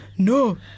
No